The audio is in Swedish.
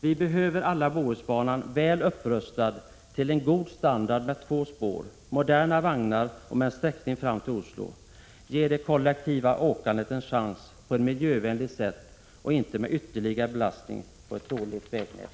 Vi behöver alla Bohusbanan, väl upprustad till en god standard med två spår, moderna vagnar och med en sträckning fram till Oslo. Ge det kollektiva åkandet en chans på ett miljövänligt sätt och inte med ytterligare belastning på ett dåligt vägnät!